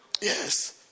Yes